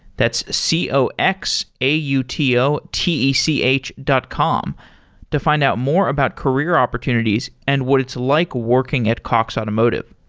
that's c o x a u t o t e c h dot com to find out more about career opportunities and what it's like working at cox automotive.